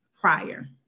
prior